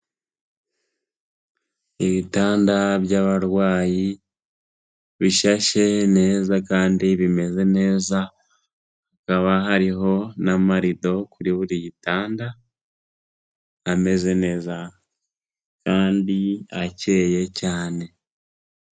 Ibitanda by'abarwayi bishashe neza kandi bimeze neza, hakaba hariho n'amarido kuri buri gitanda, ameze neza kandi akeye cyane.